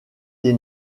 des